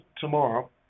tomorrow